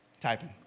typing